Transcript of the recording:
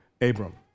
Abram